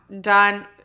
Done